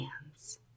hands